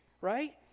right